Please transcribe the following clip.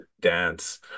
dance